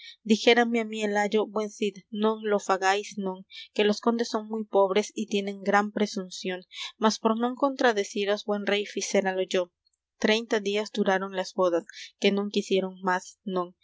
crió dijérame á mí el ayo buen cid non lo fagáis non que los condes son muy pobres y tienen gran presunción mas por non contradeciros buen rey ficéralo yo treinta días duraron las bodas que non quisieron más non